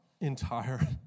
entire